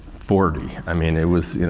forty. i mean, it was, you know,